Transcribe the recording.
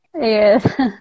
yes